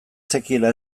zekiela